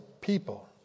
people